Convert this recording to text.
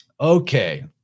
okay